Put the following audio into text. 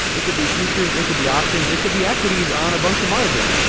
it could be futures, it could be options, it could be equities on a bunch of margin.